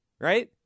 Right